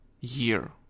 year